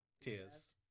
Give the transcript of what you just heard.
Tears